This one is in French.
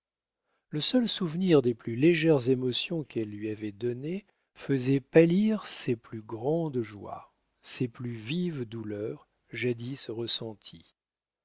le seul souvenir des plus légères émotions qu'elle lui avait données faisait pâlir ses plus grandes joies ses plus vives douleurs jadis ressenties